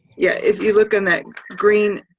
yeah if you look in that green